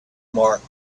marked